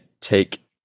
take